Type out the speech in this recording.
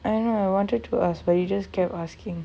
I know I wanted to ask but you just kept asking